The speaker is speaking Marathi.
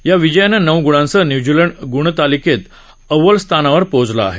या विजयानं नऊ गुणांसह न्यूझीलंड गुणतालिकेत अव्वल स्थानावर पोहोचला आहे